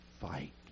fight